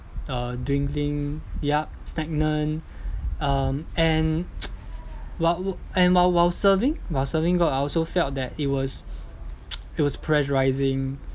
uh dwindling yup stagnant um and while wo~ and while while serving while serving god I also felt that it was it was pressurising